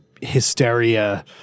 hysteria